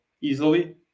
easily